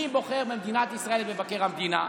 מי בוחר במדינת ישראל את מבקר המדינה?